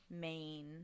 main